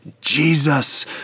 Jesus